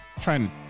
trying